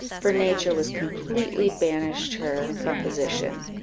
for nature was completely banished her composition.